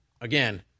again